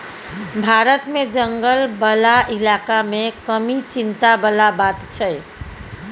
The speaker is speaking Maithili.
भारत मे जंगल बला इलाका मे कमी चिंता बला बात छै